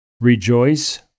Rejoice